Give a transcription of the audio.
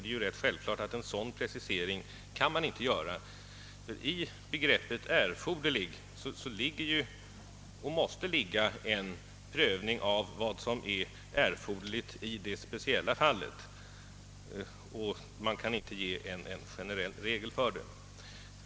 Det är självklart att en sådan precisering inte kan göras, ty i begreppet »erforderligt rådrum» ligger och måste ligga en prövning av vad som är erforderligt i det speciella fallet. Man kan inte ge en generell regel för detta.